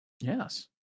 Yes